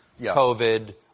COVID